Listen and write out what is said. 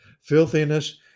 filthiness